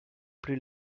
plus